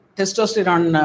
Testosterone